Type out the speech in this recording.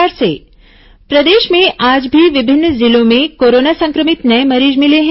corona मरीज प्रदेश में आज भी विभिन्न जिलों से कोरोना संक्रमित नये मरीज मिले हैं